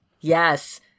Yes